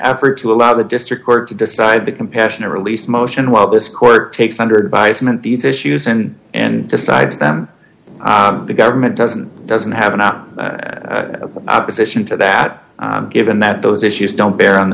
effort to allow the district court to decide the compassionate release motion while this court takes one hundred by segment these issues and and decides them the government doesn't doesn't have enough opposition to that given that those issues don't bear on